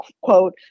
quote